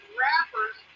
rappers